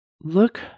look